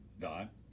dot